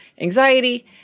anxiety